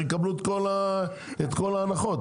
יקבלו את כל ההנחות,